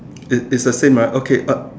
is is the same right okay I